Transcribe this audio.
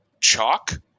chalk